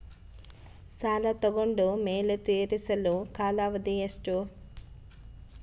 ಸಾಲ ತಗೊಂಡು ಮೇಲೆ ತೇರಿಸಲು ಕಾಲಾವಧಿ ಎಷ್ಟು?